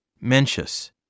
Mencius